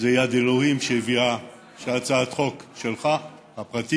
זו יד אלוהים שהביאה שהצעת החוק הפרטית